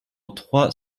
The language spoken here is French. trois